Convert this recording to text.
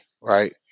right